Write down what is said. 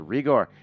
Rigor